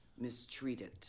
mistreated